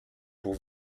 pour